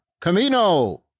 Camino